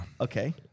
Okay